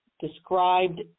described